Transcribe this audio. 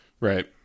Right